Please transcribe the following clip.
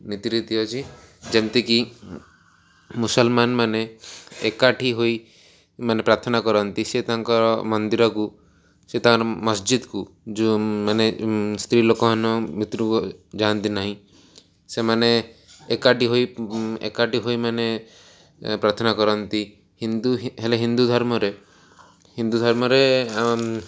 ନୀତିରୀତି ଅଛି ଯେମ୍ତିକି ମୁସଲମାନ୍ ମାନେ ଏକାଠି ହୋଇ ମାନେ ପ୍ରାର୍ଥନା କରନ୍ତି ସେ ତାଙ୍କର ମନ୍ଦିରକୁ ସେ ତାଙ୍କର ମସଜିଦ୍କୁ ଯେଉଁ ମାନେ ସ୍ତ୍ରୀ ଲୋକମାନେ ଭିତରକୁ ଯାଆନ୍ତି ନାହିଁ ସେମାନେ ଏକାଠି ହୋଇ ଏକାଠି ହୋଇ ମାନେ ପ୍ରାର୍ଥନା କରନ୍ତି ହିନ୍ଦୁ ହେଲେ ହିନ୍ଦୁ ଧର୍ମରେ ହିନ୍ଦୁ ଧର୍ମରେ